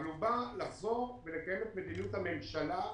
אבל הוא בא לחזור ולקיים את מדיניות הממשלה,